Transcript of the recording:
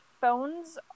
phones